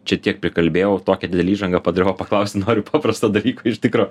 čia tiek prikalbėjau tokią didelę įžangą padariau o paklausti noriu paprasto dalyko iš tikro